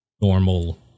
normal